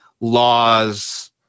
laws